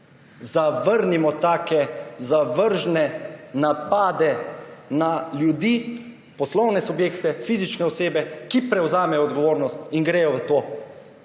Zavrnimo take zavržne napade na ljudi, poslovne subjekte, fizične osebe, ki prevzamejo odgovornost in gredo v to,